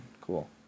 cool